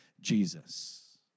Jesus